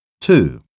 two